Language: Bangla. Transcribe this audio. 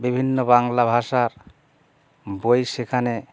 বিভিন্ন বাংলা ভাষার বই সেখানে